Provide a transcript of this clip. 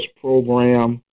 program